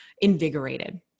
invigorated